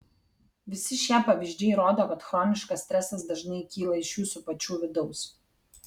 visi šie pavyzdžiai rodo kad chroniškas stresas dažnai kyla iš jūsų pačių vidaus